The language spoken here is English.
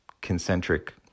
concentric